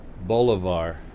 Bolivar